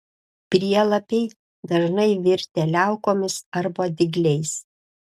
prielapiai dažnai virtę liaukomis arba dygliais